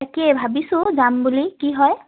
তাকে ভাবিছোঁ যাম বুলি কি হয়